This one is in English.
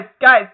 guys